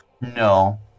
No